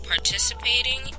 Participating